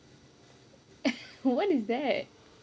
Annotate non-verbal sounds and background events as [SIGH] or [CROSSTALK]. [LAUGHS] what is that